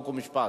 חוק ומשפט?